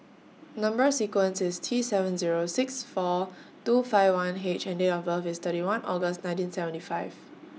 Number sequence IS T seven Zero six four two five one H and Date of birth IS thirty one August nineteen seventy five